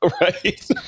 right